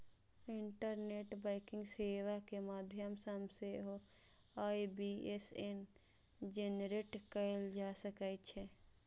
internet banking सेवा के माध्यम सं सेहो आई.बी.ए.एन जेनरेट कैल जा सकै छै